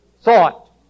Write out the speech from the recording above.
thought